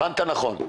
הבנת נכון.